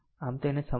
આમ તેનેસમજો